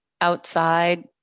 outside